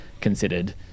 considered